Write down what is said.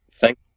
Thank